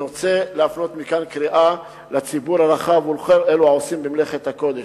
אני רוצה להפנות מכאן קריאה לציבור הרחב ולכל אלה העושים במלאכת הקודש.